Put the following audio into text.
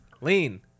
lean